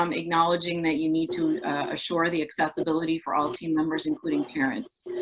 um acknowledging that you need to assure the accessibility for all team members including parents.